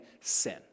sin